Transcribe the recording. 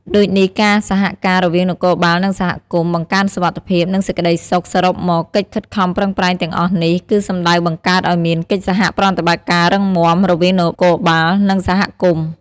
ដូចនេះការសហការរវាងនគរបាល និងសហគមន៍ បង្កើនសុវត្ថិភាព និងសេចក្តីសុខ សរុបមក កិច្ចខិតខំប្រឹងប្រែងទាំងអស់នេះ គឺសំដៅបង្កើតឲ្យមានកិច្ចសហប្រតិបត្តិការរឹងមាំ រវាងនគរបាល និងសហគមន៍។